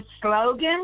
slogan